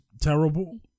terrible